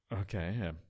Okay